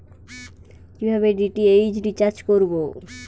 কিভাবে DTH recharge করব?